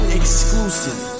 exclusive